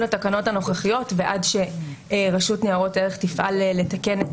התקנות הנוכחיות ועד שרשות ניירות ערך תפעל לתקן את